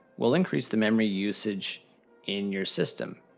we'll increase the memory usage in your system.